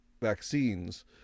vaccines